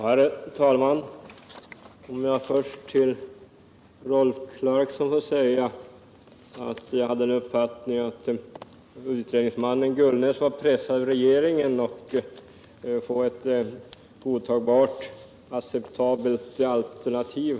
Herr talman! Jag vill först till Rolf Clarkson säga: Jag hade uppfattningen att utredningsman Gullnäs var pressad av regeringen att få fram ett acceptabelt alternativ.